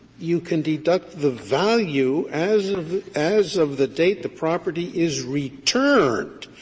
you can deduct the value as of as of the date the property is returned,